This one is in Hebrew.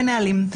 אין נהלים.